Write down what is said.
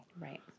Right